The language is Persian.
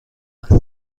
است